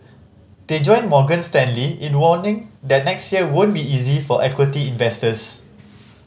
they join Morgan Stanley in warning that next year won't be easy for equity investors